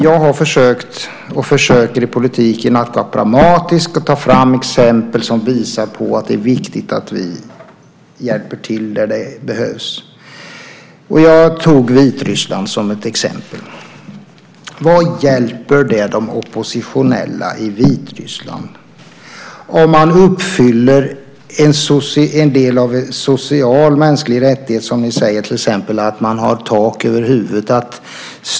Jag har försökt och försöker i politiken att vara pragmatisk och ta fram exempel som visar att det är viktigt att vi hjälper till där det behövs. Jag tog Vitryssland som ett exempel. Vad hjälper det de oppositionella i Vitryssland om man uppfyller en del av de sociala mänskliga rättigheterna, till exempel att man har tak över huvudet?